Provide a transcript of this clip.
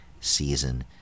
season